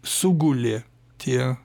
sugulė tie